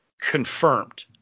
confirmed